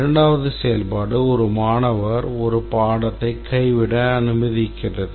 இரண்டாவது செயல்பாடு ஒரு மாணவர் ஒரு பாடத்தை கைவிட அனுமதிக்கிறது